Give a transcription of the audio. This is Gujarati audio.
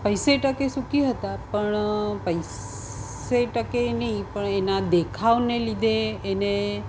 પૈસે ટકે સુખી હતા પણ પૈસે ટકે નહીં પણ એના દેખાવને લીધે એને